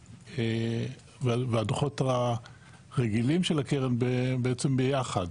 הדו"חות הרגילים של הקרן בעצם ביחד,